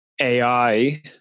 AI